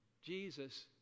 Jesus